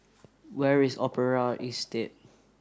where is Opera Estate